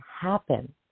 happen